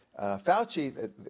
Fauci